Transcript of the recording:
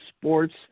sports